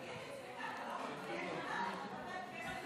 תגיד לי, צביקה, אתה לא מתבייש?